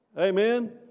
Amen